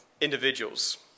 individuals